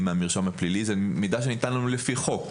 מהמרשם הפלילי הוא מידע שניתן לנו לפי חוק.